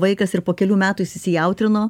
vaikas ir po kelių metų jis įsijautrino